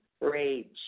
rage